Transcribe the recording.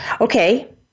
Okay